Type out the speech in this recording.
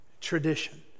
tradition